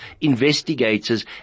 investigators